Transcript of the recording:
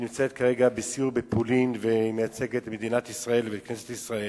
שנמצאת כרגע בסיור בפולין ומייצגת את מדינת ישראל ואת כנסת ישראל,